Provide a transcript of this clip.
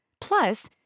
Plus